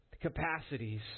capacities